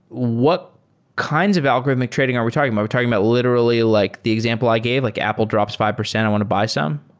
what kinds of algorithmic trading are we talking about? are we talking about literally like the example i gave, like apple drops five percent. i want to buy some.